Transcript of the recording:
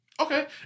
Okay